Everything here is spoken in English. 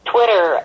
Twitter